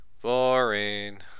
Boring